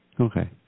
Okay